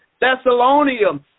Thessalonians